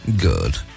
Good